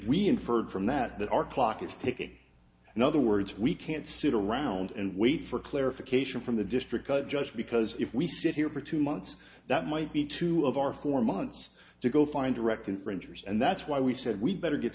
we inferred from that that our clock is ticking in other words we can't sit around and wait for clarification from the district judge because if we sit here for two months that might be two of our four months to go find direct infringers and that's why we said we'd better get